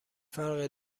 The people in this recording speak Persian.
فرق